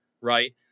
right